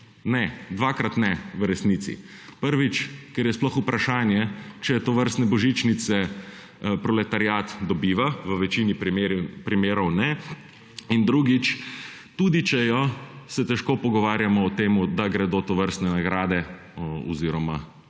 Ne. Dvakrat ne, v resnici. Prvič, ker je sploh vprašanje, ali tovrstne božičnice proletariat dobiva. V večini primerov ne. In drugič, tudi če jih, se težko pogovarjamo o tem, da gredo tovrstne nagrade oziroma